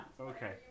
Okay